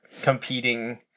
competing